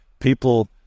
people